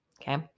Okay